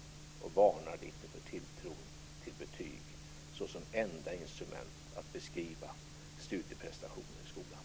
Jag varnar lite för tilltron till betyg som enda instrument att beskriva studieprestationer i skolan.